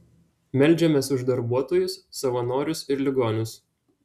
meldžiamės už darbuotojus savanorius ir ligonius